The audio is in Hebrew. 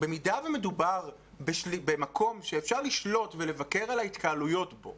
במידה ומדובר במקום שאפשר לשלוט ולבקר את ההתקהלויות בו,